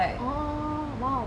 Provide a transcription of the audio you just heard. oh !wow!